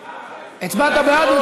בעד.